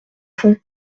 fond